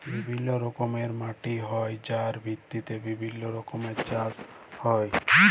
বিভিল্য রকমের মাটি হ্যয় যার ভিত্তিতে বিভিল্য রকমের চাস হ্য়য়